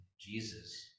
Jesus